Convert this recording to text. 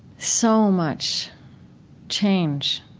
so much change,